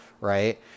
right